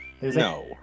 No